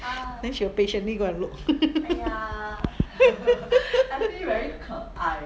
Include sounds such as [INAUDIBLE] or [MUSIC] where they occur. then she will patiently go and look [LAUGHS]